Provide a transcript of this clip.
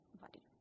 body